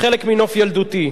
חלק מנוף ילדותי.